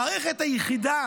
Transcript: המערכת היחידה